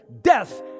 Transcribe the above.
death